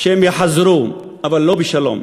שהם יחזרו, אבל לא בשלום.